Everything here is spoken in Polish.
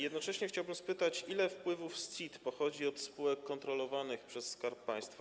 Jednocześnie chciałbym spytać, ile wpływów z CIT pochodzi od spółek kontrolowanych przez Skarb Państwa.